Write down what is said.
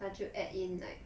她就 add in like